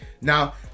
now